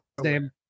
name